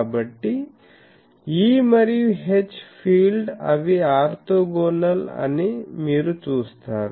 కాబట్టి E మరియు H field అవి ఆర్తోగోనల్ అని మీరు చూస్తారు